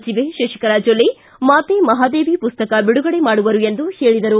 ಸಚಿವೆ ಶಶಿಕಲಾ ಜೊಲ್ಲೆ ಮಾತೆ ಮಹಾದೇವಿ ಪುಸ್ತಕ ಬಿಡುಗಡೆ ಮಾಡುವರು ಎಂದು ಹೇಳಿದರು